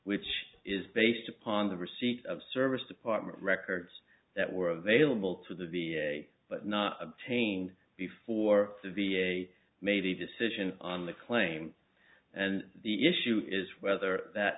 which is based upon the receipt of service department records that were available to the day but not obtained before the v a made a decision on the claim and the issue is whether that